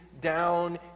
down